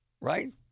Right